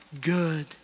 good